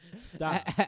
Stop